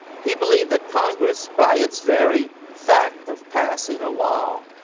he believed that congress by its very fact of passing a law,